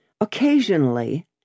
Occasionally